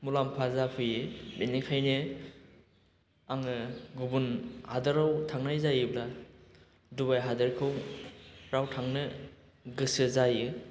मुलाम्फा जाफैयो बेनिखायनो आङो गुबुन हादराव थांनाय जायोब्ला डुबाइ हादरफ्राव थांनो गोसो जायो